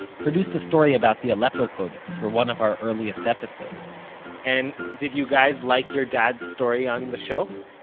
ah produced a story about the aleppo codex for one of our earliest episodes and did you guys like your dad's story on the show?